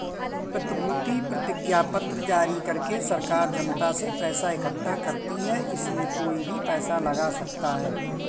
प्रतिभूति प्रतिज्ञापत्र जारी करके सरकार जनता से पैसा इकठ्ठा करती है, इसमें कोई भी पैसा लगा सकता है